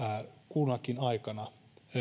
kunakin aikana